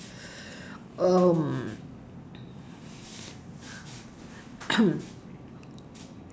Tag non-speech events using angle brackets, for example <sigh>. um <noise>